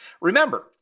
Remember